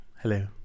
Hello